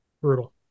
Brutal